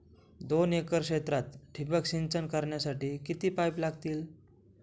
दोन एकर क्षेत्रात ठिबक सिंचन करण्यासाठी किती पाईप लागतील?